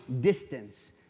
distance